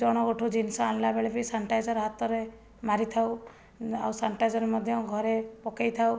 ଜଣଙ୍କଠୁ ଜିନିଷ ଆଣିଲାବେଳେ ବି ସାନିଟାଇଜର୍ ହାତରେ ମାରିଥାଉ ଆଉ ସାନିଟାଇଜର୍ ମଧ୍ୟ ଘରେ ପକାଇଥାଉ